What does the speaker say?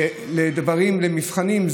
למבחנים,